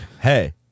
Hey